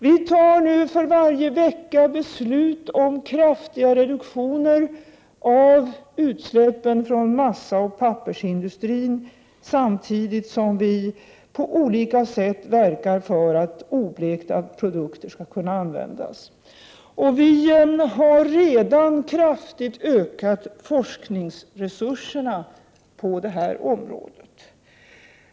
För varje vecka fattar vi nu beslut om kraftiga reduktioner av utsläppen från massaoch pappersindustrin, samtidigt som vi på olika sätt verkar för att oblekta produkter skall kunna användas. Vi har också redan kraftigt ökat forskningsresurserna på detta område.